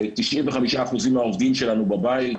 95% מהעובדים שלנו בבית,